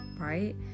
right